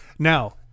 Now